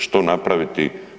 Što napraviti?